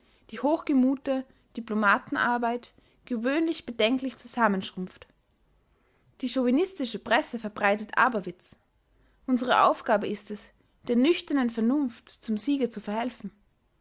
die hochgemute diplomatenarbeit gewöhnlich bedenklich zusammenschrumpft die chauvinistische presse verbreitet aberwitz unsere aufgabe ist es der nüchternen vernunft zum siege zu verhelfen